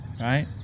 right